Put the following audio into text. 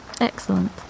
Excellent